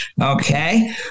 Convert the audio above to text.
Okay